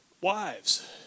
wives